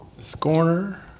Scorner